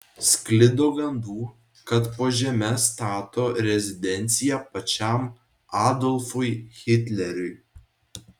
sklido gandų kad po žeme stato rezidenciją pačiam adolfui hitleriui